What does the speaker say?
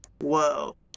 Whoa